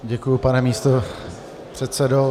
Děkuji, pane místopředsedo.